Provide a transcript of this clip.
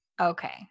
Okay